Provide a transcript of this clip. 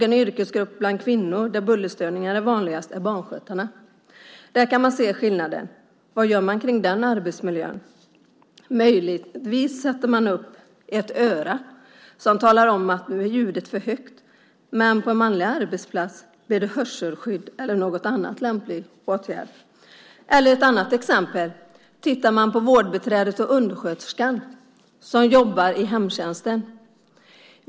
Den yrkesgrupp bland kvinnor där bullerstörningar är vanligast är barnskötarna. Där kan man se skillnaden. Vad gör man i den arbetsmiljön? Möjligtvis sätter man upp ett öra som talar om när ljudet är för högt. Men på en manlig arbetsplats blir det hörselskydd eller någon annan lämplig åtgärd. Ett annat exempel är vårdbiträdet och undersköterskan som jobbar i hemtjänsten.